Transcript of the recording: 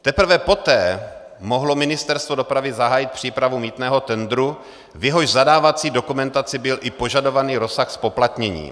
Teprve poté mohlo Ministerstvo dopravy zahájit přípravu mýtného tendru, v jehož zadávací dokumentaci byl i požadovaný rozsah zpoplatnění.